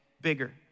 bigger